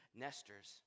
nesters